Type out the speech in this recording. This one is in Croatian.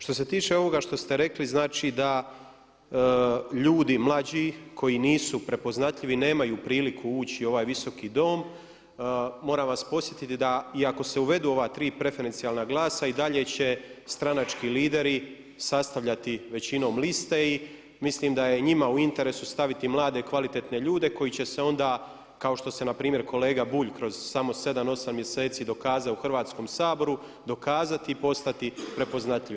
Što se tiče ovoga što ste rekli da ljudi mlađi koji nisu prepoznatljivi nemaju priliku ući u ovaj Visoki dom, moram vas podsjetiti i ako se uvedu ova tri preferencijalna glasa i dalje će stranački lideri sastavljati većinom liste i mislim da je njima u interesu staviti mlade kvalitetne ljude koji će se onda kao što se npr. kolega Bulj kroz samo sedam, osam mjeseci dokazao u Hrvatskom saboru, dokazati i postati prepoznatljivi.